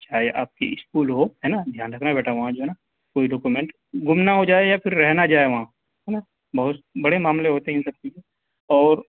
چاہے آپ کی اسکول ہو ہے نا دھیان رکھنا بیٹا وہاں جو ہے نا کوئی ڈاکیومنٹ گم نہ ہو جائے یا پھر رہ نہ جائے وہاں ہے نا بہت بڑے معاملے ہوتے ہیں ان سب چیزوں اور